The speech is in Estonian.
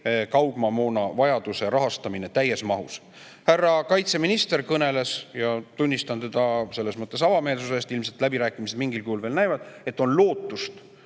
kaugmaamoona vajaduse rahastamine täies mahus. Härra kaitseminister kõneles – ja ma tunnustan teda avameelsuse eest, ilmselt läbirääkimised mingil kujul veel käivad –, et on lootust